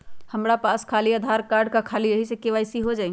हमरा पास खाली आधार कार्ड है, का ख़ाली यही से के.वाई.सी हो जाइ?